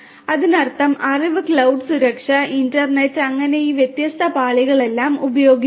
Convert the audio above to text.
അതിനർത്ഥം അറിവ് ക്ലൌഡ് സുരക്ഷ ഇന്റർനെറ്റ് അങ്ങനെ ഈ വ്യത്യസ്ത പാളികളെല്ലാം ഉപയോഗിക്കുന്നു